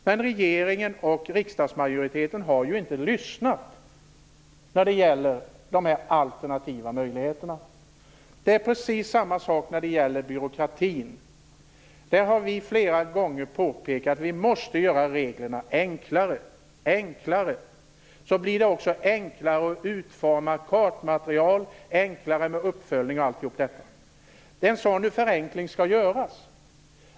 Men regeringen och riksdagsmajoriteten har ju inte lyssnat när det gällt de alternativa möjligheterna. Det är precis samma sak när det gäller byråkratin. Vi har flera gånger påpekat att vi måste göra reglerna enklare. Då blir det också enklare att utforma kartmaterial och enklare att göra uppföljning etc. Det är en sådan förenkling som skall göras.